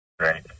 Right